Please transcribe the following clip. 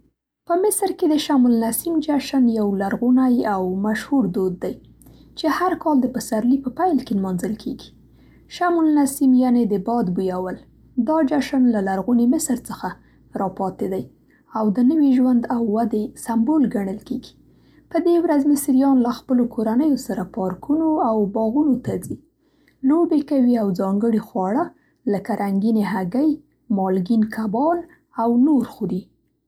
په مصر کې د "شم النسیم" جشن یو لرغونی او مشهور دود دی چې هر کال د پسرلي په پیل کې نمانځل کیږي. شم النسیم یعنې "د باد بویول". دا جشن له لرغوني مصر څخه راپاتې دی او د نوي ژوند او ودې سمبول ګڼل کیږي. په دې ورځ، مصریان له خپلو کورنیو سره پارکونو او باغونو ته ځي، لوبې کوي او ځانګړي خواړه لکه رنګینې هګۍ، مالګین کبان او نور خوري.